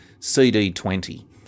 CD20